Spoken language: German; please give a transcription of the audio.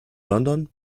london